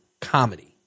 comedy